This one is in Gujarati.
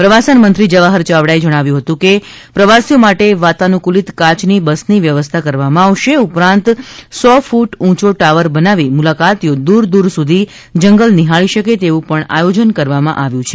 પ્રવાસન મંત્રી જવાહર ચાવડા જણાવ્યું હતું કે પ્રવાસીઓ માટે વાતાનુકુલિત કાચની બસ ની વ્યવસ્થા કરવા માં આવશે ઉપરાંત સો ફૂટ ઉંચો ટાવર બનાવી મુલાકાતીઓ દૂર દૂર સુધી જંગલ નિહાળી શકે તેવું પણ આયોજન કરવા માં આવ્યું છે